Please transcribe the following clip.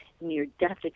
near-death